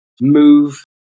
move